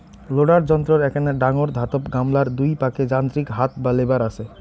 loader যন্ত্রর এ্যাকনা ডাঙর ধাতব গামলার দুই পাকে যান্ত্রিক হাত বা লেভার আচে